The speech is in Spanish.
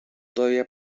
todavía